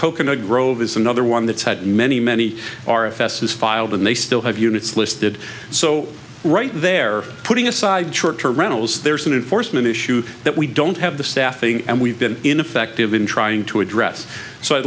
coconut grove is another one that's had many many are ephesus filed and they still have units listed so right there putting aside short term rentals there is an enforcement issue that we i don't have the staffing and we've been ineffective in trying to address so i